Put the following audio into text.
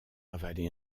avalé